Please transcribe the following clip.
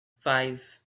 five